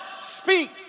speak